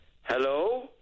Hello